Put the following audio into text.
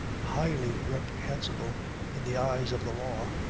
highly reprehensible in the eyes of the law,